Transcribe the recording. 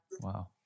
Wow